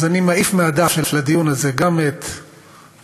אז אני מעיף מהדף של הדיון הזה גם את אראל